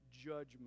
judgment